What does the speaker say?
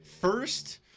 first